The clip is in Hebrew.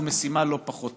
זו משימה לא פשוטה.